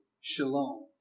shalom